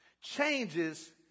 changes